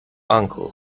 uncle